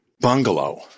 bungalow